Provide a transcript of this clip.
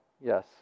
yes